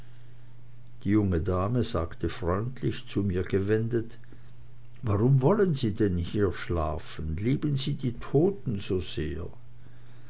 die junge dame sagte freundlich zu mir gewendet warum wollen sie denn hier schlafen lieben sie die toten so sehr